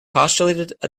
postulated